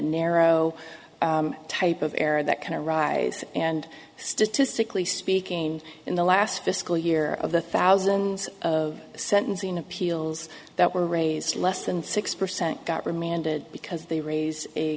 narrow type of error that kind of rise and statistically speaking in the last fiscal year of the thousands of sentencing appeals that were raised less than six percent got remanded because they raised a